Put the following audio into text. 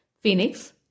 Phoenix